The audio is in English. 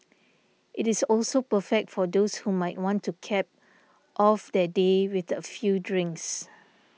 it is also perfect for those who might want to cap off their day with a few drinks